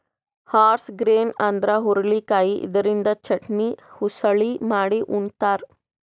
horse grain ಅಂದ್ರ ಹುರಳಿಕಾಯಿ ಇದರಿಂದ ಚಟ್ನಿ, ಉಸಳಿ ಮಾಡಿ ಉಂತಾರ್